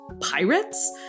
pirates